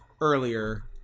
earlier